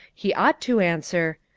he ought to answer,